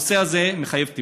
הנושא הזה מחייב טיפול.